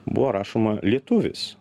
buvo rašoma lietuvis